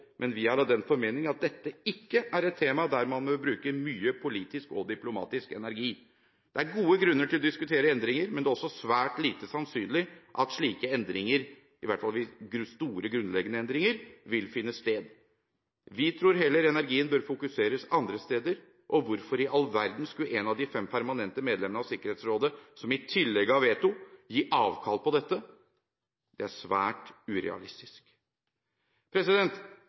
men vi er av den formening at dette ikke er et tema der man bør bruke mye politisk og diplomatisk energi. Det er gode grunner til å diskutere endringer, men det er også svært lite sannsynlig at slike endringer – i hvert fall store, grunnleggende endringer – vil finne sted. Vi tror heller energien bør fokuseres andre steder. Hvorfor i all verden skulle ett av de fem permanente medlemmene av Sikkerhetsrådet, som i tillegg har veto, gi avkall på dette? Det er svært urealistisk.